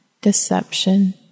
deception